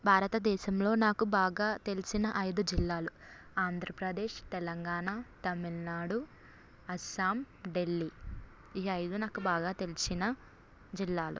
భారతదేశంలో నాకు బాగా తెలిసిన ఐదు జిల్లాలు ఆంధ్రప్రదేశ్ తెలంగాణ తమిళనాడు అస్సాం ఢిల్లీ ఈ ఐదు నాకు బాగా తెలిసిన జిల్లాలు